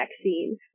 vaccine